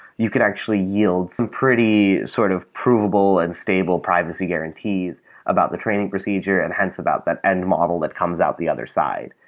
you can actually yield some pretty sort of provable and stable privacy guarantees about the training procedure and, hence, about that end model that comes out the other side.